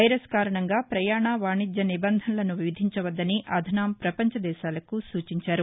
virus కారణంగా ప్రయాణ వాణిజ్య నిబంధనలను విధించవద్గని అధ్నామ్ ప్రపంచ దేశాలకు సూచించారు